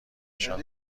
نشان